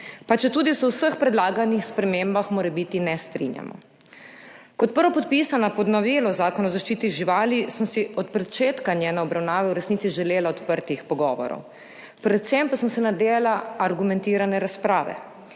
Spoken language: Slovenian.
pa četudi se o vseh predlaganih spremembah morebiti ne strinjamo. Kot prvopodpisana pod novelo Zakona o zaščiti živali sem si od začetka njene obravnave v resnici želela odprtih pogovorov, predvsem pa sem se nadejala argumentirane razprave.